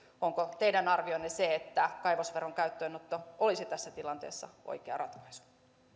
onko teidän arvionne se että kaivosveron käyttöönotto olisi tässä tilanteessa oikea ratkaisu